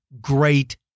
great